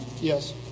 Yes